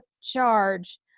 charge